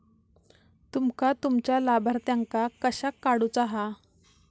तुमका तुमच्या लाभार्थ्यांका कशाक काढुचा हा?